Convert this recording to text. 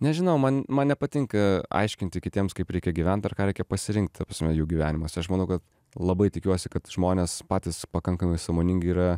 nežinau man man nepatinka aiškinti kitiems kaip reikia gyvent ar ką reikia pasirinkt ta prasme jų gyvenimuose aš manau kad labai tikiuosi kad žmonės patys pakankamai sąmoningi yra